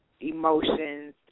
emotions